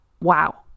wow